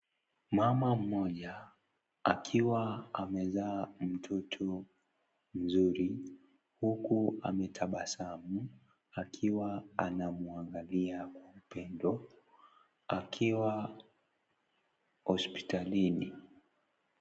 Mama mmoja akiwa amezaa mtoto mzuri, huku ametabasamu akiwa anamwangalia kwa upendo, akiwa hospitalini.